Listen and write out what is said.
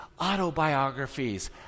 autobiographies